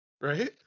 Right